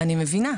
אני מבינה.